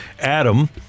Adam